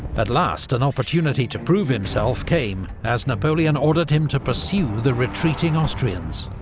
at last an opportunity to prove himself came, as napoleon ordered him to pursue the retreating austrians.